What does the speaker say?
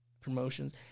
promotions